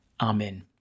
Amen